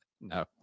no